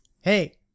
hey